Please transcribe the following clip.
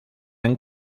han